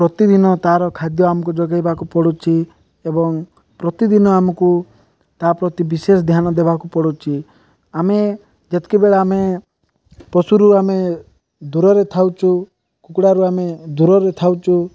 ପ୍ରତିଦିନ ତାର ଖାଦ୍ୟ ଆମକୁ ଯୋଗେଇବାକୁ ପଡ଼ୁଛି ଏବଂ ପ୍ରତିଦିନ ଆମକୁ ତା ପ୍ରତି ବିଶେଷ ଧ୍ୟାନ ଦେବାକୁ ପଡ଼ୁଛି ଆମେ ଯେତେବେଳେ ଆମେ ପଶୁରୁ ଆମେ ଦୂରରେ ଥାଉଛୁ କୁକୁଡ଼ାରୁ ଆମେ ଦୂରରେ ଥାଉଛୁ